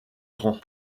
grand